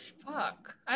fuck